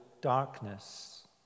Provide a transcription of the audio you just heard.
darkness